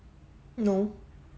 no